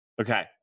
Okay